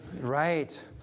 right